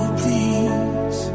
please